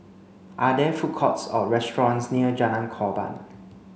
are there food courts or restaurants near Jalan Korban